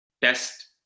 best